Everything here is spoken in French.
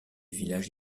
village